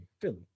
Philly